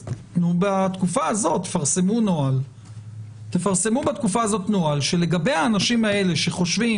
אז בתקופה הזאת תפרסמו נוהל שלגבי האנשים האלה שחושבים